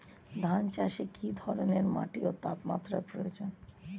ধান চাষে কী ধরনের মাটি ও তাপমাত্রার প্রয়োজন?